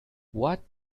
what